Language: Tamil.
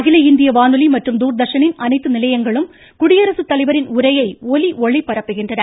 அகில இந்திய வானொலி மற்றும் தூர்தர்ஷனின் அனைத்து நிலையங்களும் குடியரசுத்தலைவரின் உரையை ஒலி ஒளிபரப்புகின்றன